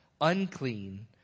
unclean